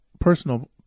personal